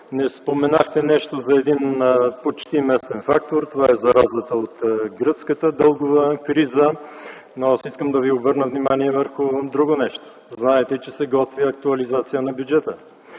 Не споменахте нищо за един почти местен фактор – това е заразата от гръцката дългова криза. Искам да Ви обърна внимание върху друго нещо. Знаете, че се готви актуализация на бюджета.